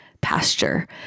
pasture